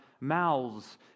mouths